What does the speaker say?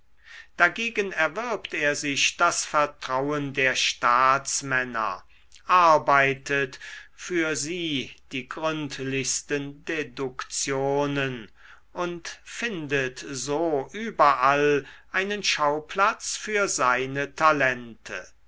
dagegen erwirbt er sich das vertrauen der staatsmänner arbeitet für sie die gründlichsten deduktionen und findet so überall einen schauplatz für seine talente